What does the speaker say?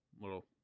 Little